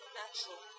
natural